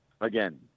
Again